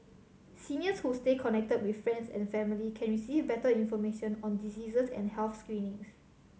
seniors who stay connected with friends and family can receive better information on diseases and health screenings